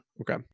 okay